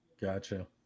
gotcha